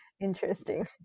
interesting